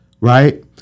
right